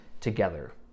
together